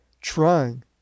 trying